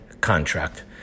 contract